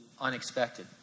unexpected